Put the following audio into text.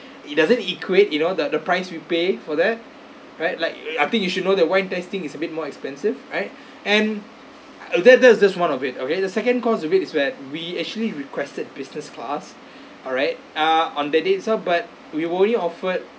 it doesn't equate you know the the price we pay for that right like I think you should know the wine testing is a bit more expensive right and that that is just one of it okay the second cause of it is where we actually requested business class alright ah on that day itself but we were only offered